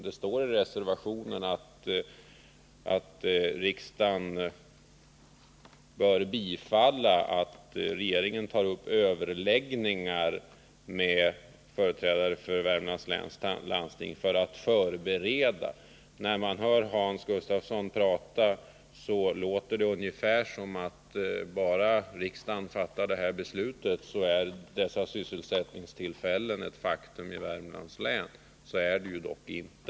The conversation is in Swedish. Det står att riksdagen skall bifalla förslaget att regeringen skall ta upp överläggningar med företrädare för Värmlands läns landsting för att förbereda en tidigareläggning av vissa investeringar. När man hör Hans Gustafsson tala verkar det ungefär som så, att bara riksdagen fattar det här beslutet är dessa sysselsättningstillfällen ett faktum i Värmlands län. På det sättet förhåller det sig ju dock inte.